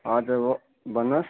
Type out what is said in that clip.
हजर हो भन्नु होस्